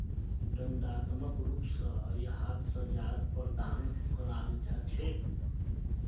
दण्डात्मक रूप स यहात सज़ार प्रावधान कराल जा छेक